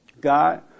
God